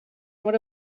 would